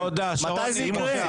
מתי זה יקרה?